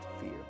fear